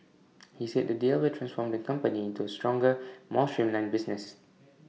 he said the deal will transform the company into A stronger more streamlined business